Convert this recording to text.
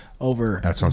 over